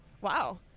Wow